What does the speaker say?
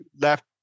left